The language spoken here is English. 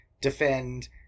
defend